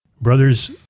brothers